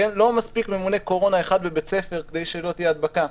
לא מספיק ממונה קורונה אחד בבית הספר כדי שלא תהיה הדבקה.